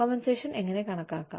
compensation എങ്ങനെ കണക്കാക്കാം